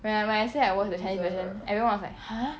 when I when I say I watch the chinese version everyone was like !huh!